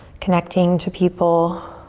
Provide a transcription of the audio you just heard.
connecting to people.